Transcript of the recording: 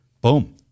Boom